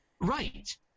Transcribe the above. right